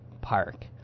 park